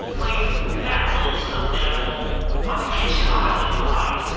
place that little stuffed animal on the kitchen island behind you.